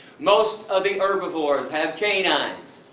most of the herbivores have canines,